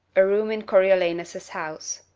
a room in coriolanus's house.